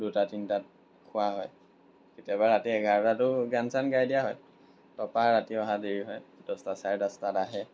দুটা তিনিটাত শোৱা হয় কেতিয়াবা ৰাতি এঘাৰটাতো গান চান গাই দিয়া হয় তপা ৰাতি অহা দেৰি হয় দহটা চাৰে দহটাত আহে